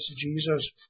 Jesus